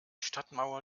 stadtmauer